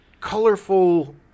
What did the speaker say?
colorful